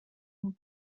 vous